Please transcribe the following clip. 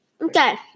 Okay